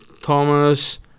Thomas